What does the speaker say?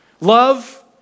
Love